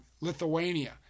Lithuania